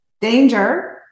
danger